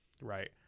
right